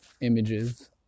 images